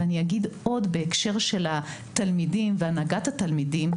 אגיד עוד בהקשר של התלמידים והנהגת התלמידים,